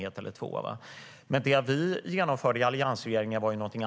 Men alliansregeringen genomförde något annat.